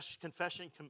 confession